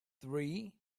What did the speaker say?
three